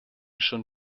schon